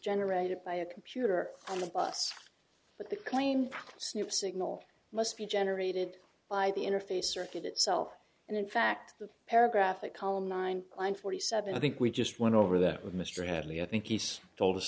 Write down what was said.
generated by a computer on the bus but the claim snoop signal must be generated by the interface circuit itself and in fact the paragraph that column nine hundred forty seven i think we just went over that with mr hadley i think he's told us